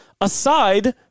aside